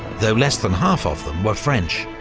though less than half of them were french.